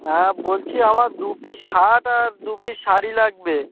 হ্যাঁ বলছি আমার দু পিস শার্ট আর দু পিস শাড়ি লাগবে